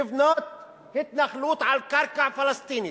לבנות התנחלות על קרקע פלסטינית,